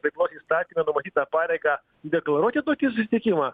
veiklos įstatyme numatytą pareigą deklaruoti tokį susitikimą